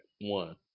One